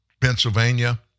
Pennsylvania